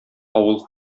авыл